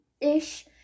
ish